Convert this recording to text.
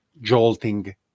jolting